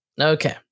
Okay